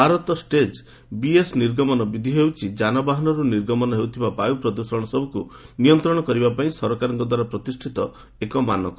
Bharat stage BS ନିଗମନ ବିଧି ହେଉଛି ଯାନବାହାନରୁ ନିର୍ଗମନ ହେଉଥିବା ବାୟୁ ପ୍ରଦୃଷଣ ସବୁକୁ ନିୟନ୍ତ୍ରଣ କରିବା ପାଇଁ ସରକାରଙ୍କ ଦ୍ୱାରା ପ୍ରତିଷ୍ଠିତ ଏକ ମାନକ